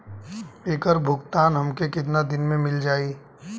ऐकर भुगतान हमके कितना दिन में मील जाई?